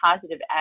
positive